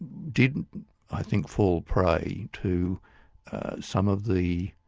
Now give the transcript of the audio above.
did i think fall prey to some of the